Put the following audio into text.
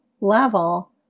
level